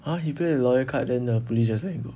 !huh! he play the lawyer card then the police just let him go